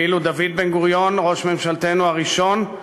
ואילו דוד בן-גוריון, ראש ממשלתנו הראשון,